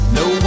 no